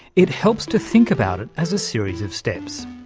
it helps to think about it as a series of steps.